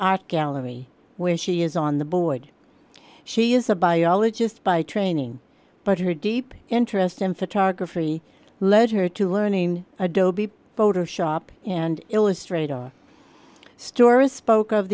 art gallery where she is on the board she is a biologist by training but her deep interest in photography led her to learning adobe photoshop and illustrator story spoke of